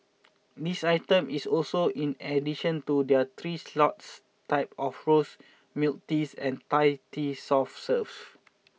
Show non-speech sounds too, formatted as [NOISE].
this item is also in addition to their three [UNINTELLIGIBLE] type of rose milk teas and Thai tea soft serves